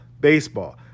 baseball